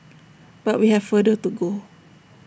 but we have further to go